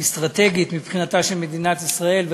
אסטרטגית מבחינתה של מדינת ישראל,